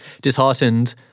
Disheartened